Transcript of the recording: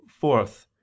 Fourth